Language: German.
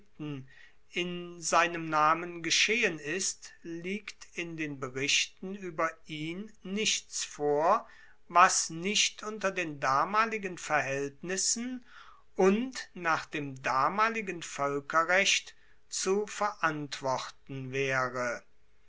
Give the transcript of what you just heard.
in seinem namen geschehen ist liegt in den berichten ueber ihn nichts vor was nicht unter den damaligen verhaeltnissen und nach dem damaligen voelkerrecht zu verantworten waere